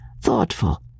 thoughtful